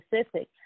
specific